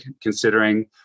considering